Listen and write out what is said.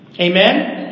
Amen